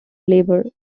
labor